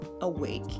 awake